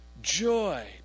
Joy